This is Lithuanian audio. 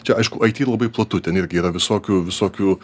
čia aišku it labai platu ten irgi yra visokių visokių